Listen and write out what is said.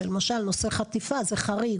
שלמשל נושא חטיפה זה חריג,